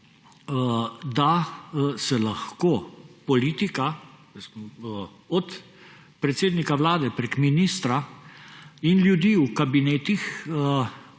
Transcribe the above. da se lahko politika – od predsednika Vlade prek ministra in ljudi v kabinetu,